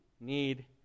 need